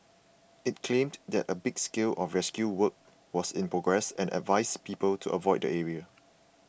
it claimed that a big scale of rescue work was in progress and advised people to avoid the area